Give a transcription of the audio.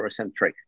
Eurocentric